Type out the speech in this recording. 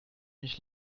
nicht